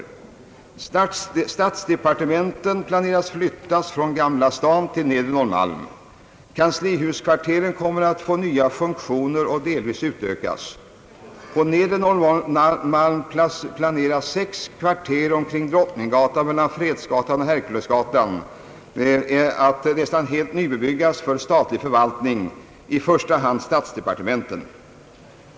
<Statsdepartementen planeras flytta från Gamla stan till Nedre Norrmalm. Kanslihuskvarteren kommer att få nya funktioner och delvis utökas. På Nedre Norrmalm planeras sex kvarter omkring Drottninggatan mellan Fredsgatan och Herkulesgatan att nästan helt nybebyggas för statlig förvaltning, i första hand statsdepartementen.